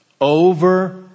over